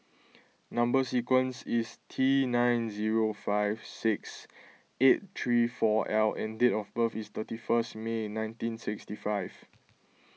Number Sequence is T nine zero five six eight three four L and date of birth is thirty first May nineteen sixty five